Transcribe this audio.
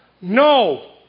No